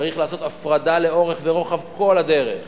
צריך לעשות הפרדה לאורך ולרוחב כל הדרך